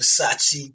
Versace